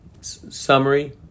summary